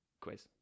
quiz